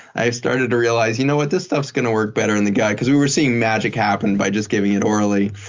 i started to realize, you know what? this stuff's going to work better in the guy, because we were seeing magic happen by just giving it orally.